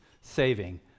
saving